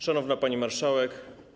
Szanowna Pani Marszałek!